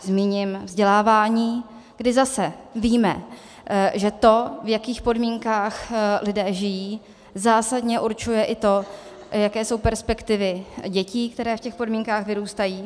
Zmíním vzdělávání, kdy zase víme, že to, v jakých podmínkách lidé žijí, zásadně určuje i to, jaké jsou perspektivy dětí, které v těch podmínkách vyrůstají.